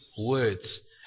words